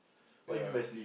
ya